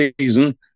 season